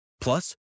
Plus